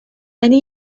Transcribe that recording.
یعنی